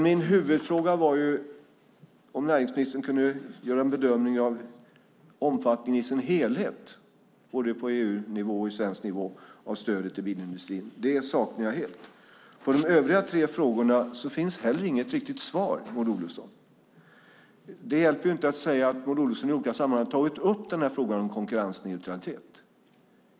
Min huvudfråga var om näringsministern kunde göra en bedömning av omfattningen i sin helhet, både på EU-nivå och på svensk nivå, av stödet till bilindustrin. Det saknar jag helt. På de övriga tre frågorna finns heller inget riktigt svar, Maud Olofsson. Det hjälper inte att säga att Maud Olofsson i olika sammanhang har tagit upp frågan om konkurrensneutralitet.